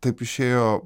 taip išėjo